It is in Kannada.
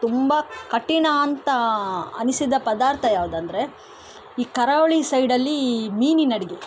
ತುಂಬ ಕಠಿಣ ಅಂತ ಅನಿಸಿದ ಪದಾರ್ಥ ಯಾವುದಂದ್ರೆ ಈ ಕರಾವಳಿ ಸೈಡಲ್ಲಿ ಮೀನಿನಡುಗೆ